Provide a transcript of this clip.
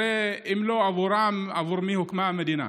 הרי אם לא עבורם, עבור מי הוקמה המדינה?